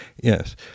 yes